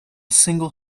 single